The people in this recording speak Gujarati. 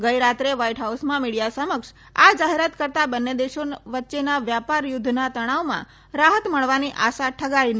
ગઇ રાત્રે વ્હાઇટ હાઉસમાં મીડીયા સમક્ષ આ જાહેરાત કરતાં બંને દેશો વચ્ચેના વ્યાપાર યુધ્ધના તણાવમાં રાહત મળવાની આશા ઠગારી નીવડી છે